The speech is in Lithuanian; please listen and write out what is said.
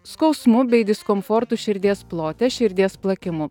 skausmu bei diskomfortu širdies plote širdies plakimu